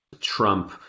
Trump